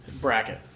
bracket